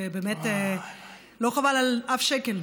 ובאמת לא חבל על אף שקל,